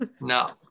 no